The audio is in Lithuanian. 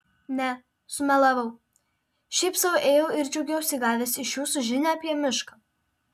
ne sumelavau šiaip sau ėjau ir džiaugiuosi gavęs iš jūsų žinią apie mišką